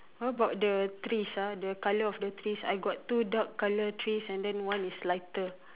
how about the trees ah the colour of the trees I got two dark colour trees then one is lighter